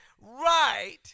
right